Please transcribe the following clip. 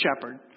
shepherd